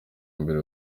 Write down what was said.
mbere